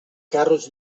carros